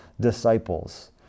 disciples